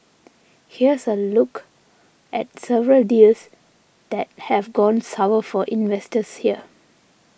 here's a look at several deals that have gone sour for investors here